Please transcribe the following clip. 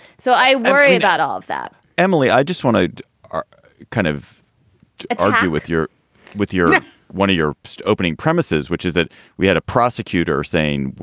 so i worry about all of that emily, i just want to kind of argue with your with your one of your opening premises, which is that we had a prosecutor saying,